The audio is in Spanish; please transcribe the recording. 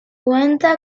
cuenta